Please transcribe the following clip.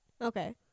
Okay